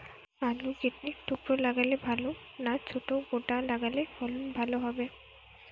আলু কেটে টুকরো লাগালে ভাল না ছোট গোটা লাগালে ফলন ভালো হবে?